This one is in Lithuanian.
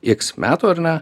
iks metų ar ne